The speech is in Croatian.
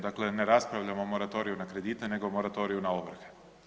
Dakle, ne raspravljamo o moratoriju na kredite, nego moratoriju na ovrhe.